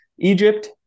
Egypt